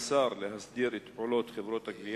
2. איך מתכוון השר להסדיר את פעולות חברות הגבייה?